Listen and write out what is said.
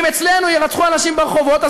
ואם אצלנו יירצחו אנשים ברחובות,